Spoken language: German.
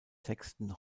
texten